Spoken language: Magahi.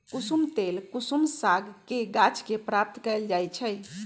कुशुम तेल कुसुम सागके गाछ के प्राप्त कएल जाइ छइ